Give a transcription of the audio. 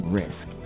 risk